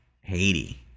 Haiti